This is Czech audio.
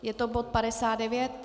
Je to bod 59?